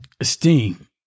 Esteem